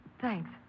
Thanks